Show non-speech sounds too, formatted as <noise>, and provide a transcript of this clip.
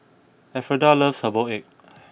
Elfreda loves Herbal Egg <noise>